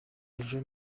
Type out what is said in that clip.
ejo